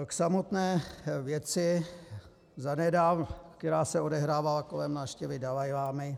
K samotné věci, která se odehrávala kolem návštěvy dalajlámy.